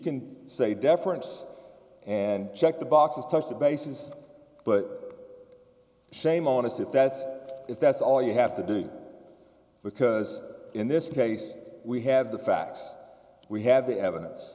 can say deference and check the boxes touch the bases but shame on us if that's if that's all you have to do because in this case we have the facts we have the evidence